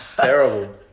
Terrible